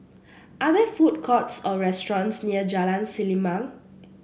are there food courts or restaurants near Jalan Selimang